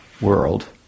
world